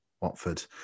Watford